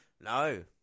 No